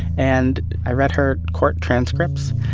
and i read her court transcripts,